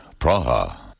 Praha